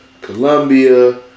Colombia